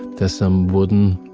there's some wooden,